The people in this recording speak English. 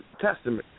testament